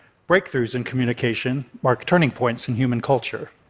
breakthroughs in communication mark turning points in human culture.